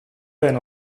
den